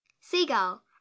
Seagull